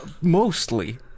mostly